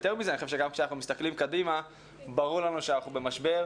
יותר מזה, כשאנחנו מסתכלים קדימה אנחנו במשבר.